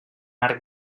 arc